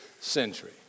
century